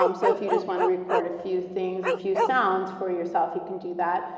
um so if you just want to record a few things, a few sounds for yourself, you can do that.